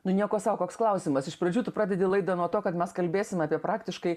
nu nieko sau koks klausimas iš pradžių tu pradedi laidą nuo to kad mes kalbėsim apie praktiškai